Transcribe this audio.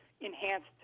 enhanced